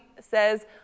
says